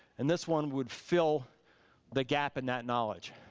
and this one would fill the gap in that knowledge.